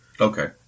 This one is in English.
Okay